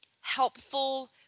helpful